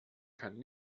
kann